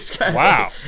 Wow